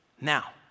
Now